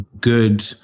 good